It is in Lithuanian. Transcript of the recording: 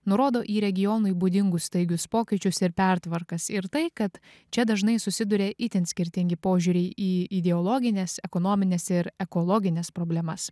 nurodo į regionui būdingus staigius pokyčius ir pertvarkas ir tai kad čia dažnai susiduria itin skirtingi požiūriai į ideologines ekonomines ir ekologines problemas